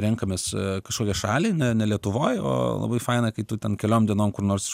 renkamės kažkokią šalį ne lietuvoj o labai faina kai tu ten keliom dienom kur nors